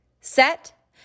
set